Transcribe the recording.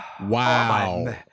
Wow